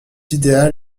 idéal